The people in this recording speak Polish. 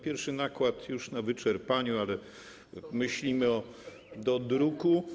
Pierwszy nakład już na wyczerpaniu, ale myślimy o dodruku.